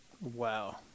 Wow